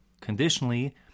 conditionally